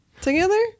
together